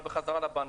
בחזרה לבנקים.